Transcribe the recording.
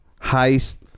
heist